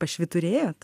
ar švyturėjot